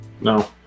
No